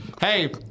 Hey